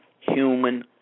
human